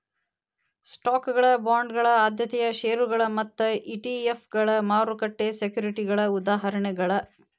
ಸ್ಟಾಕ್ಗಳ ಬಾಂಡ್ಗಳ ಆದ್ಯತೆಯ ಷೇರುಗಳ ಮತ್ತ ಇ.ಟಿ.ಎಫ್ಗಳ ಮಾರುಕಟ್ಟೆ ಸೆಕ್ಯುರಿಟಿಗಳ ಉದಾಹರಣೆಗಳ